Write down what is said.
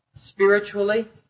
spiritually